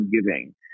giving